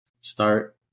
start